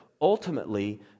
ultimately